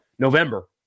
November